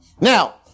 Now